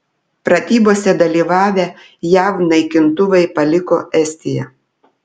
pratybose dalyvavę jav naikintuvai paliko estiją